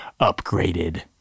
upgraded